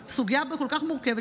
הסוגיה הזאת כל כך מורכבת,